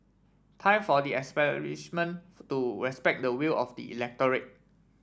time for the to respect the will of the electorate